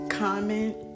comment